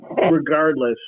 Regardless